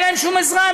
אין להם שום עזרה,